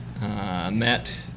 Met